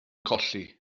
colli